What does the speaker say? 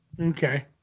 okay